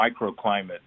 microclimate